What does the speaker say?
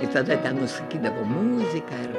i tada ten nu sakydavo muzika ir